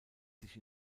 sich